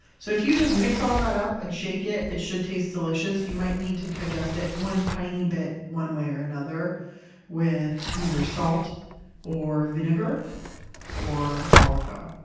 so if you just mix all that up and shake it, it should taste delicious. you might need to adjust it one tiny bit one way or another with either salt or vinegar or olive oil.